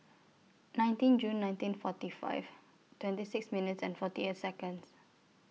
nineteen June nineteen forty five twenty six minutes and forty eight Seconds